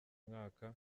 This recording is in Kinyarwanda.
mwaka